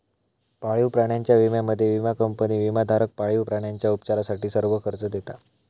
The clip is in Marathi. पाळीव प्राण्यांच्या विम्यामध्ये, विमा कंपनी विमाधारक पाळीव प्राण्यांच्या उपचारासाठी सर्व खर्च देता